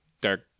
dark